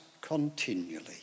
continually